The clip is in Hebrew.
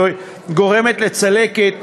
והיא גורמת לצלקת,